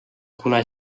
kuna